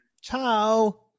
Ciao